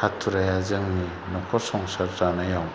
हाथुराया जोंनि नखर संसार जानायाव